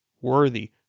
worthy